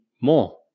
more